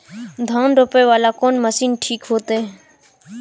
धान रोपे वाला कोन मशीन ठीक होते?